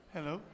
Hello